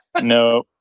no